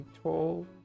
tall